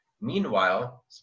Meanwhile